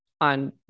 on